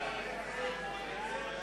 בבקשה, חברי הכנסת.